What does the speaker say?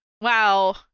wow